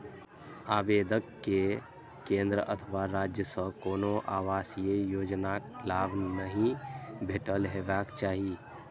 आवेदक कें केंद्र अथवा राज्य सं कोनो आवासीय योजनाक लाभ नहि भेटल हेबाक चाही